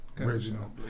original